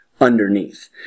underneath